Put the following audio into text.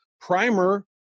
Primer